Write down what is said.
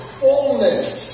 fullness